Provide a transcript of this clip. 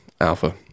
alpha